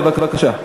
בבקשה.